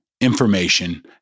information